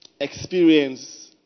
experience